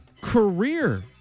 career